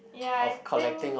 ya I think